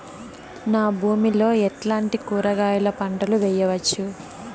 నా భూమి లో ఎట్లాంటి కూరగాయల పంటలు వేయవచ్చు?